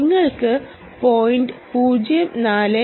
നിങ്ങൾക്ക് 0